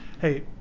hey